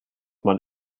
man